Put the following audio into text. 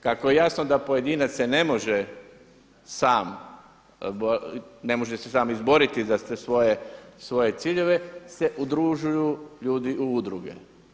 Kako je jasno da pojedinac se ne može sam, ne može se sam izboriti za te svoje ciljeve se udružuju ljudi u udruge.